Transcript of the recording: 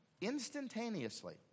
instantaneously